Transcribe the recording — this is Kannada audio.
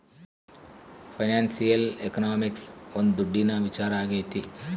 ಫೈನಾನ್ಶಿಯಲ್ ಎಕನಾಮಿಕ್ಸ್ ಒಂದ್ ದುಡ್ಡಿನ ವಿಚಾರ ಆಗೈತೆ